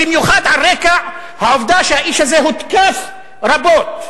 במיוחד על רקע העובדה שהאיש הזה הותקף רבות,